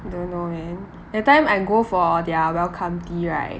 don't know man that time I go for their welcome tea right